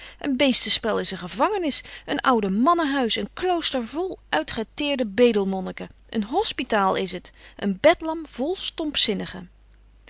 een beestenspel is een gevangenis een oudemannenhuis een klooster vol uitgeteerde bedelmonniken een hospitaal is het een bedlam vol